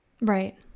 Right